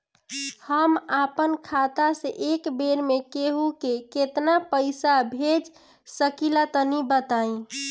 हम आपन खाता से एक बेर मे केंहू के केतना पईसा भेज सकिला तनि बताईं?